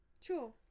sure